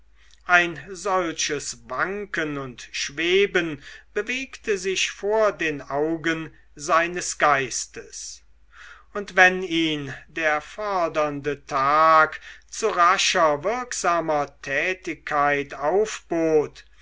ein solches wanken und schweben bewegte sich vor den augen seines geistes und wenn ihn der fordernde tag zu rascher wirksamer tätigkeit aufbot